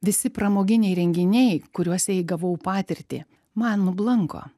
visi pramoginiai renginiai kuriuose įgavau patirtį man nublanko